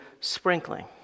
sprinkling